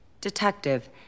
Detective